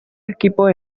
equipos